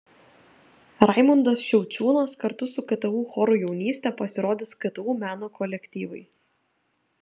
raimundas šiaučiūnas kartu su ktu choru jaunystė pasirodys ktu meno kolektyvai